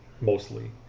mostly